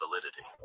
validity